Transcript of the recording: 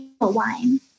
wine